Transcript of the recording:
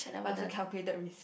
but it's a calculated risk